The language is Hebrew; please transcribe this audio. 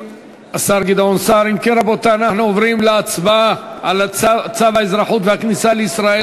סדר-היום: הצעת חוק להסדרת פעילות חברות דירוג האשראי,